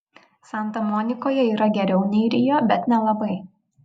santa monikoje yra geriau nei rio bet nelabai